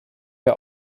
der